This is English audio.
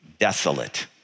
Desolate